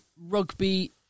rugby